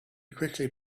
quickly